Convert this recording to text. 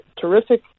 terrific